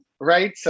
right